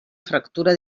fractura